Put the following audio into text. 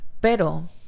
Pero